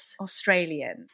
Australian